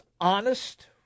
honest